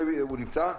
בבקשה,